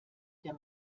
der